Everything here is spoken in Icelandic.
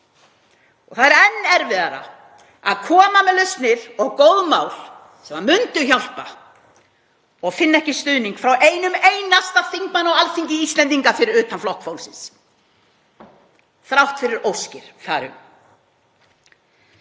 Það er enn erfiðara að koma með lausnir og góð mál sem myndu hjálpa og finna ekki stuðning frá einum einasta þingmanni á Alþingi Íslendinga fyrir utan Flokk fólksins þrátt fyrir óskir þar um.